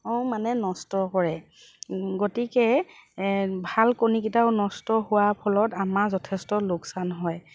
মানে নষ্ট কৰে গতিকে ভাল কণীকেইটাও নষ্ট হোৱাৰ ফলত আমাৰ যথেষ্ট লোকচান হয়